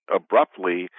abruptly